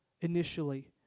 initially